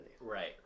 Right